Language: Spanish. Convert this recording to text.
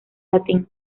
latín